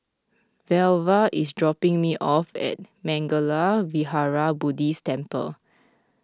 Velva is dropping me off at Mangala Vihara Buddhist Temple